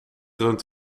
rund